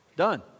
done